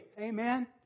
Amen